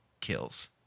kills